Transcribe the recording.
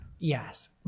Yes